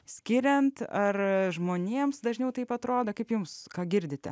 skiriant ar žmonėms dažniau taip atrodo kaip jums ką girdite